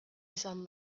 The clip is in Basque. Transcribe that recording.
izan